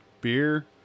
beer